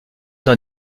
dans